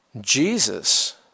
Jesus